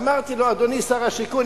אמרתי לו: אדוני שר השיכון,